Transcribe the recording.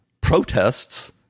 protests